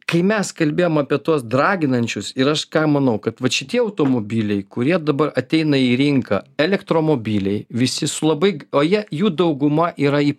kai mes kalbėjom apie tuos draginančius ir aš ką manau kad vat šitie automobiliai kurie dabar ateina į rinką elektromobiliai visi su labai g o jie jų dauguma yra y